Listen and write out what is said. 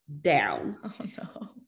down